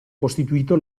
costituito